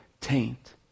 taint